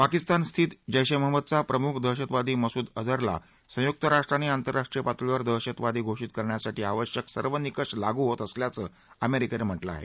पाकिस्तान स्थित जैश ए महम्मदचा प्रमुख दहशतवादी मसूद अजहरला संयुक्त राष्ट्रांनी आंतरराष्ट्रीय पातळीवर दहशतवादी घोषित करण्यासाठी आवश्यक सर्व निकष लागू होत असल्याचं अमेरिकेनं म्हटलं आहे